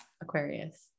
Aquarius